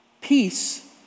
Peace